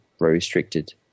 restricted